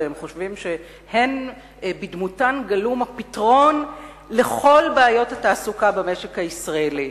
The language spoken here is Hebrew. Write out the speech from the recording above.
והם חושבים שבדמותן גלום הפתרון לכל בעיות התעסוקה במשק הישראלי: